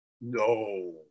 No